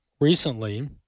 recently